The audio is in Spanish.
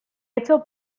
hecho